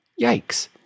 Yikes